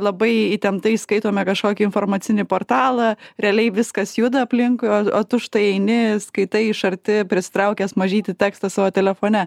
labai įtemptai skaitome kažkokį informacinį portalą realiai viskas juda aplinkui o o tu štai eini skaitai iš arti prisitraukęs mažytį tekstą savo telefone